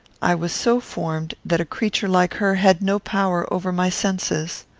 i was so formed that a creature like her had no power over my senses.